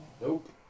Nope